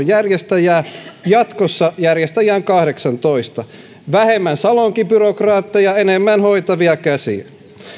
järjestäjää jatkossa järjestäjiä on kahdeksantoista vähemmän salonkibyrokraatteja enemmän hoitavia käsiä